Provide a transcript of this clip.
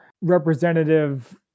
representative